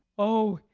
oh,